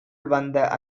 வந்த